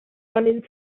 running